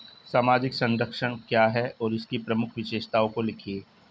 सामाजिक संरक्षण क्या है और इसकी प्रमुख विशेषताओं को लिखिए?